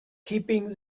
keeping